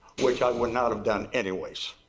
which i would not have done anyway.